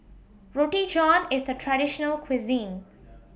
Roti John IS A Traditional Cuisine